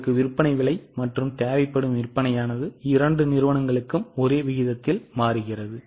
உங்களுக்கு விற்பனையான விலை மற்றும் விற்பனையானது இரு நிறுவனங்களுக்கும் ஒரே விகிதத்தில் மாறுகிறது